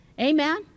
Amen